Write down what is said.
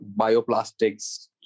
bioplastics